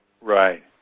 Right